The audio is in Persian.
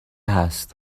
هست